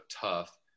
tough